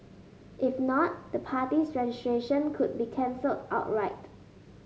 if not the party's registration could be cancelled outright